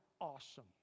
awesome